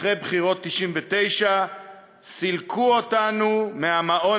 אחרי בחירות 1999 סילקו אותנו מהמעון